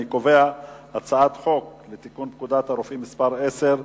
אני קובע שהצעת חוק לתיקון פקודת הרופאים (מס' 10),